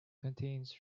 contains